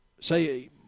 Say